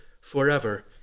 forever